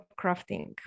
crafting